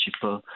cheaper